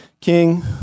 King